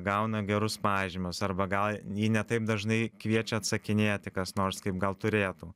gauna gerus pažymius arba gal jį ne taip dažnai kviečia atsakinėti kas nors kaip gal turėtų